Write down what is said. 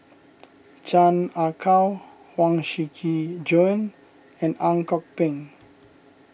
Chan Ah Kow Huang Shiqi Joan and Ang Kok Peng